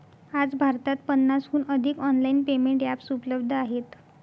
आज भारतात पन्नासहून अधिक ऑनलाइन पेमेंट एप्स उपलब्ध आहेत